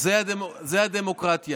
זה ההגדרה שלך